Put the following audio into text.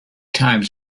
times